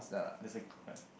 that's a good card